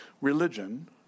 religion